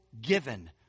given